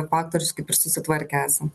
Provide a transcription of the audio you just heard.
faktorius kaip ir susitvarkę esam